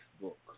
book